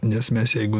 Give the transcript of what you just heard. nes mes jeigu